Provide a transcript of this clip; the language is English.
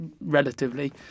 relatively